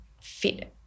fit